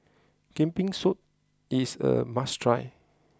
Kambing Soup is a must try